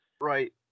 Right